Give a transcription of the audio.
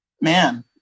man